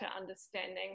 understanding